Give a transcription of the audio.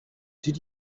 did